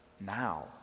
now